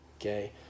okay